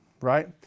right